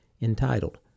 entitled